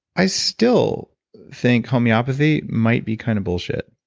i still think homeopathy might be kind of bullshit.